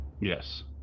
Yes